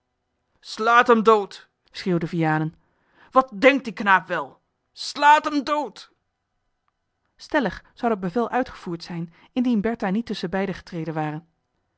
slaat hem dood schreeuwde vianen wat denkt die knaap wel slaat hem dood stellig zou dat bevel uitgevoerd zijn indien bertha niet tusschenbeide getreden ware